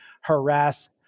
harass